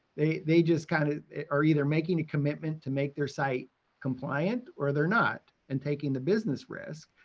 they they just kind of are either making the commitment to make their site compliant or they're not, and taking the business risk.